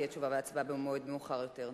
תשובה והצבעה במועד מאוחר יותר.